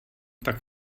tak